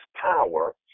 power